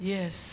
Yes